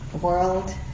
world